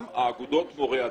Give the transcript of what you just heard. גם אגודות מורי הדרך.